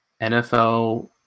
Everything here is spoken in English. NFL